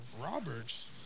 Roberts